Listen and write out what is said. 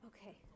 Okay